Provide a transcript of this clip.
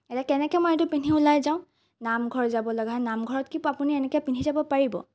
এতিয়া কেনেকৈ মই এইটো পিন্ধি ওলাই যাওঁ নামঘৰ যাবলগীয়া হয় নামঘৰত কি আপুনি এনেকৈ পিন্ধি যাব পাৰিব